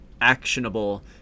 actionable